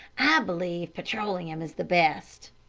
i believe petroleum is the best.